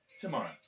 tomorrow